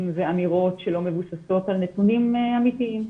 ואמירות שלא מבוססות על נתונים אמיתיים.